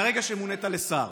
מרגע שמונית לשר.